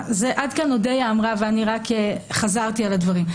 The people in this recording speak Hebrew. עד כאן אלה דברים שאמרה אודיה ואני רק חזרתי על דבריה.